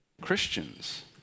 Christians